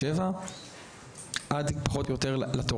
שזה מ-7:00 עד לחילוף התורנות,